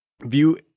view